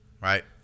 right